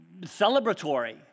celebratory